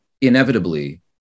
Inevitably